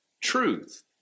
truth